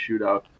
shootout